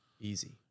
easy